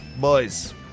Boys